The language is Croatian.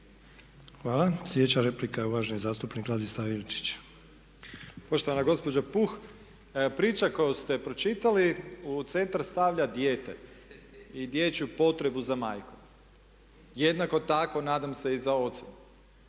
Hvala. Sljedeća replika je uvaženi zastupnik Ladislav Ilčić. **Ilčić, Ladislav (HRAST)** Poštovana gospođo Puh, priča koju ste pročitali u centar stavlja dijete i dječju potrebu za majkom. Jednako tako nadam se i za ocem.